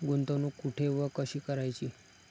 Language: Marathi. गुंतवणूक कुठे व कशी करायची?